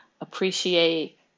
Appreciate